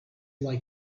like